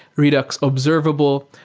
redux observable,